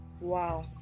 Wow